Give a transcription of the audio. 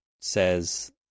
says